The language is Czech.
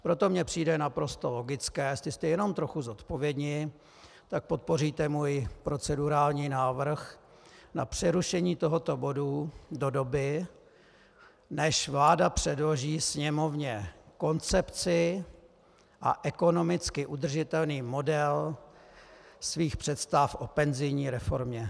Proto mi přijde naprosto logické, jestli jste jenom trochu zodpovědní, tak podpoříte můj procedurální návrh na přerušení tohoto bodu do doby, než vláda předloží Sněmovně koncepci a ekonomicky udržitelný model svých představ o penzijní reformě.